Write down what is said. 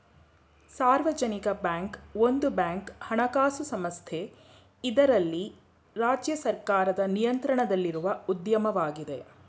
ಸಾರ್ವಜನಿಕ ಬ್ಯಾಂಕ್ ಒಂದು ಬ್ಯಾಂಕ್ ಹಣಕಾಸು ಸಂಸ್ಥೆ ಇದ್ರಲ್ಲಿ ರಾಜ್ಯ ಸರ್ಕಾರದ ನಿಯಂತ್ರಣದಲ್ಲಿರುವ ಉದ್ಯಮವಾಗಿದೆ